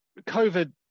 COVID